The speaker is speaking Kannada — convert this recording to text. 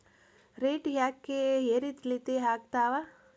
ರೇಟ್ ಯಾಕೆ ಏರಿಳಿತ ಆಗ್ತಾವ?